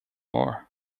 more